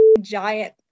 giant